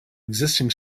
existing